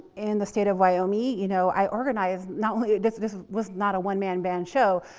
in the state of wyoming, you know, i organize not only this, this was not a one man band show.